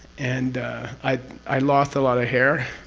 and i i lost a lot of hair